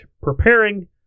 preparing